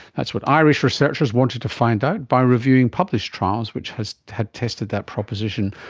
that's what irish researchers wanted to find out by reviewing published trials which has has tested that proposition.